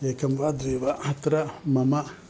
एकं वा द्वे वा अत्र मम